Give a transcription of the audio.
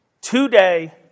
Today